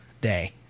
day